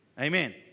Amen